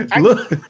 Look